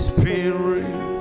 Spirit